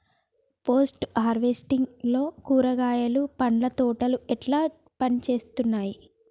Post harvesting లో కూరగాయలు పండ్ల తోటలు ఎట్లా పనిచేత్తనయ్?